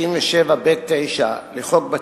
אם כן, רבותי, אנחנו ממשיכים בסדר-היום.